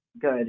Good